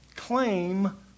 Claim